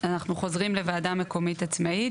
אנחנו חוזרים לוועדה מקומית עצמאית,